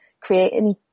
creating